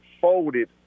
folded